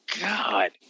god